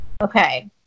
okay